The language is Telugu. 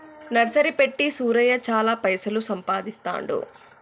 నర్సరీ పెట్టి సూరయ్య చాల పైసలు సంపాదిస్తాండు